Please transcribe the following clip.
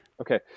Okay